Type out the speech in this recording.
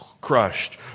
crushed